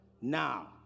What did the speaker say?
now